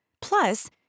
Plus